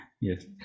Yes